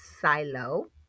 silo